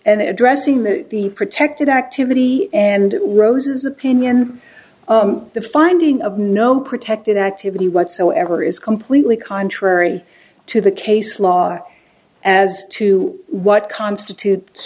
an address in the be protected activity and rose's opinion the finding of no protected activity whatsoever is completely contrary to the case law as to what constitutes